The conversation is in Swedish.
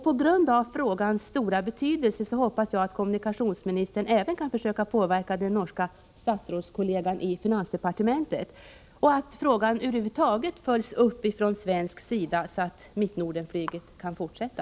På grund av frågans stora betydelse hoppas jag att kommunikationsministern även kan försöka påverka stadsrådskollegan i det norska finansdepartementet och att frågan över huvud taget följs upp från svensk sida så att Mittnorden-flyget kan fortsätta.